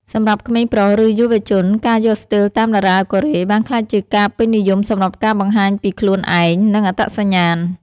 សម្រាប់ក្មេងប្រុស ឬ យុវជន ការយកស្ទីលតាមតារាកូរ៉េបានក្លាយជាការពេញនិយមសម្រាប់ការបង្ហាញពីខ្លួនឯង និងអត្តសញ្ញាណ។